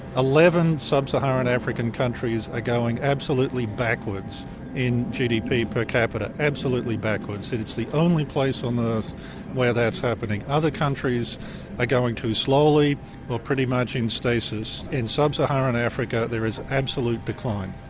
eleven sub-saharan african countries are going absolutely backwards in gdp per capita, absolutely backwards. it's the only place on earth where that's happening. other countries are going too slowly or pretty much in stasis in sub-saharan africa there is absolute decline.